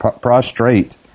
prostrate